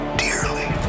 dearly